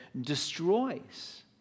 destroys